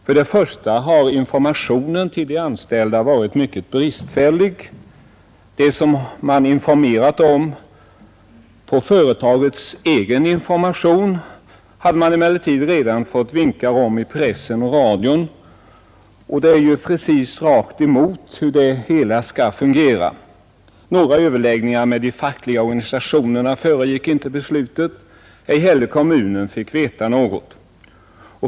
För det första har informationen till de anställda varit mycket bristfällig. Vad de fått besked om vid företagets egen information hade de redan fått vinkar om i press och radio, och det är ju precis rakt emot hur sådana saker skall fungera. Några överläggningar med de fackliga organisationerna föregick inte beslutet. Inte heller kommunen fick veta något.